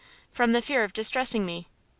from the fear of distressing me.